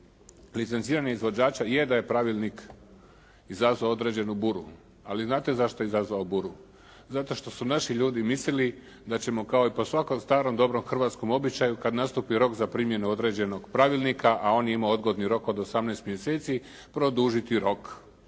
licenciranih izvođača je da je pravilnik izazvao određenu buru, ali znate zašto je izazvao buru, zato što su naši ljudi mislili da ćemo kao i po svakom starom, dobrom hrvatskom običaju kada nastupi rok za primjenu određenog pravilnika, a on je imao odgodni rok od 18 mjeseci produžiti rok,